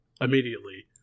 immediately